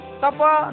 tapa